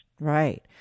Right